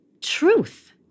truth